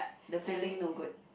the feeling no good